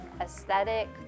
aesthetic